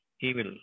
evil